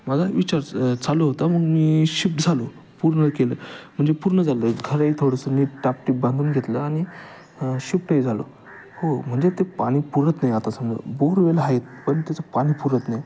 माझा विचार चालू होता मग मी शिफ्ट झालो पूर्ण केलं म्हणजे पूर्ण झालं घरही थोडंसं नीट टापटिप बांधून घेतलं आणि शिफ्टही झालो हो म्हणजे ते पाणी पुरत नाही आता समजा बोर वेल आहेत पण त्याचं पाणी पुरत नाही